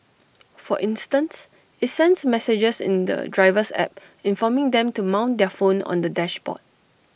for instance IT sends messages in the driver's app informing them to mount their phone on the dashboard